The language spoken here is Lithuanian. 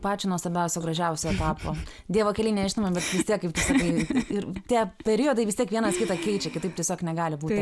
pačio nuostabiausio gražiausio etapo dievo keliai nežinomi bet vis tiek kaip tu sakai ir tie periodai vis tiek vienas kitą keičia kitaip tiesiog negali būti